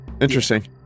Interesting